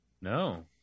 No